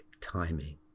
timing